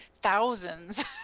thousands